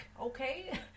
Okay